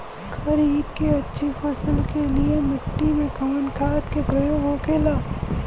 खरीद के अच्छी फसल के लिए मिट्टी में कवन खाद के प्रयोग होखेला?